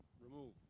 remove